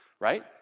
right